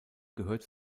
gehört